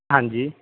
ਹਾਂਜੀ